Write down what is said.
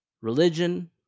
religion